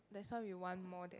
that's why we want more than